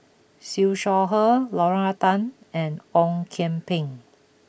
Siew Shaw Her Lorna Tan and Ong Kian Peng